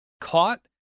caught